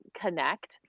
connect